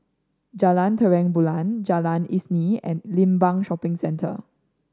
Jalan Terang Bulan Jalan Isnin and Limbang Shopping Centre